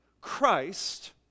Christ